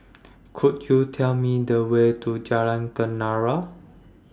Could YOU Tell Me The Way to Jalan Kenarah